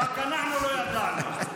אנחנו לא ידענו.